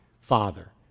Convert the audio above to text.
father